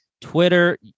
Twitter